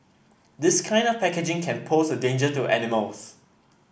this kind of packaging can pose a danger to animals